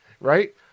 right